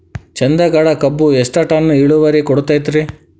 ಚಂದಗಡ ಕಬ್ಬು ಎಷ್ಟ ಟನ್ ಇಳುವರಿ ಕೊಡತೇತ್ರಿ?